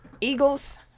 Eagles